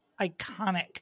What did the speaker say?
iconic